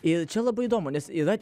ir čia labai įdomu nes yra